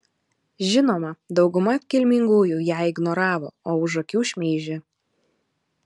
žinoma dauguma kilmingųjų ją ignoravo o už akių šmeižė